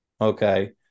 Okay